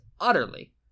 utterly